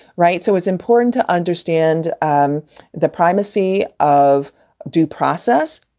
right. so it's important to understand um the primacy of due process,